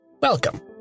Welcome